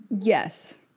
Yes